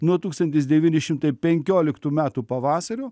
nuo tūkstantis devyni šimtai penkioliktų metų pavasario